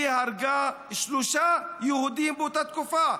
היא הרגה שלושה יהודים באותה תקופה.